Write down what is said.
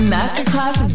Masterclass